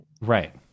Right